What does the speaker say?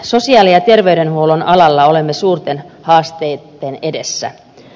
sosiaali ja terveydenhuollon alalla olemme suurten haasteitten edessä